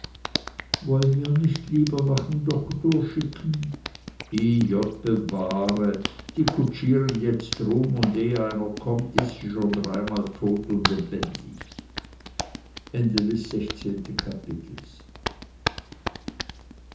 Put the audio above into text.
wolln wir nich lieber nach n doktor schicken i jott bewahre die kutschieren jetzt rum un eh einer kommt is sie schon dreimal dod und lebendig